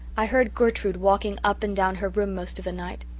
i heard gertrude walking up and down her room most of the night.